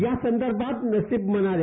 यासंदर्भात नसिब म्हणाल्या